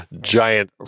giant